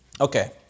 Okay